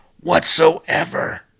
whatsoever